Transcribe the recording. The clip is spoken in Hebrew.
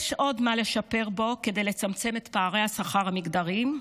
יש עוד מה לשפר בו כדי לצמצם את פערי השכר המגדריים,